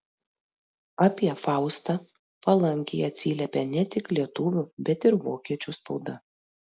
apie faustą palankiai atsiliepė ne tik lietuvių bet ir vokiečių spauda